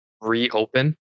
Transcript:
reopen